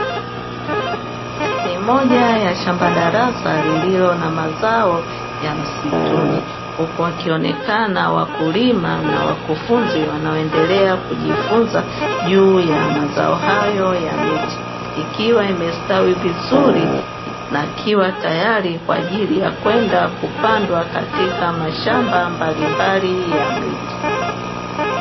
Ni moja ya shamba la darasa lililo na mazao ya msituni, huku wakionekana wakulima na wakufunzi wanaoendelea kujifunza juu ya mazao hayo ya miti, ikiwa imestawi vizuri na ikiwa tayari kwa ajili ya kwenda kupandwa katika mashamba mbalimbali ya miti.